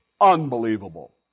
Unbelievable